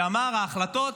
שאמר: ההחלטות